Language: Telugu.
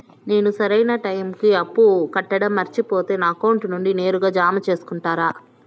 నేను సరైన టైముకి అప్పు కట్టడం మర్చిపోతే నా అకౌంట్ నుండి నేరుగా జామ సేసుకుంటారా?